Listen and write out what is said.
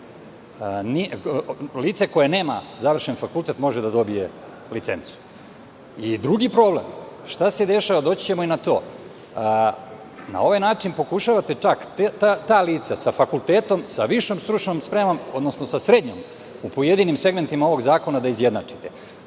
lice koje nema završen fakultet može da dobije licencu? Drugi problem koji se dešava, jer, doći ćemo i na to, na ovaj način čak pokušavate da ta lica sa fakultetom, sa višom stručnom spremom, odnosno sa srednjom u pojedinim segmentima ovog zakona, da izjednačite.